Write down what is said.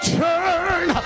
turn